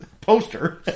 poster